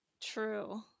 True